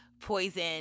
Poison